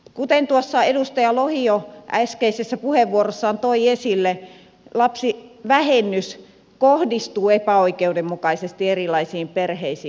kuten tuossa edustaja lohi jo äskeisessä puheenvuorossaan toi esille lapsivähennys kohdistuu epäoikeudenmukaisesti erilaisiin perheisiin